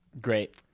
Great